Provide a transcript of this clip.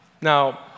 Now